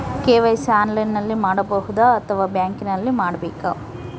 KYC ಆನ್ಲೈನಲ್ಲಿ ಮಾಡಬಹುದಾ ಅಥವಾ ಬ್ಯಾಂಕಿನಲ್ಲಿ ಮಾಡ್ಬೇಕಾ?